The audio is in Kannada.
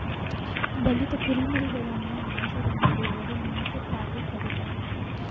ಬಲಿತ ಕುರಿಮರಿಗಳನ್ನು ಮಾಂಸದಂಗಡಿಯವರು ಮಾಂಸಕ್ಕಾಗಿ ಕಡಿತರೆ